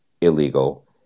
illegal